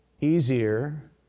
easier